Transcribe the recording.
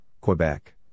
Quebec